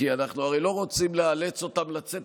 כי הרי אנחנו לא רוצים לאלץ אותם לצאת